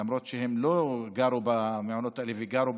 למרות שהם לא גרו במעונות האלה אלא גרו